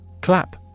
Clap